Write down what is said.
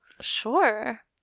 Sure